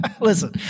Listen